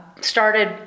Started